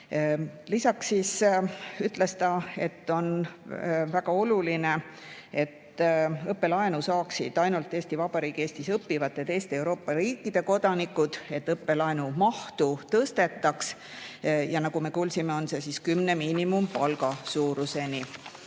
Lisaks ütles ta, et on väga oluline, et õppelaenu saaksid ainult Eesti Vabariigi ja Eestis õppivate teiste Euroopa [Liidu] riikide kodanikud ja et õppelaenu mahtu tõstetaks. Ja nagu me kuulsime, see võiks olla kümne miinimumpalga suuruseni.